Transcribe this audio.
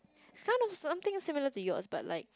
son of something similar to yours but like